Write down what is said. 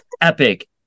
epic